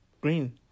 green